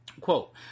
Quote